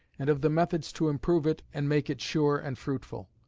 and of the methods to improve it and make it sure and fruitful.